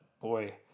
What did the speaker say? boy